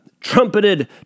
trumpeted